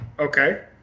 Okay